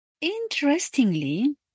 Interestingly